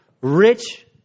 rich